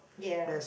ya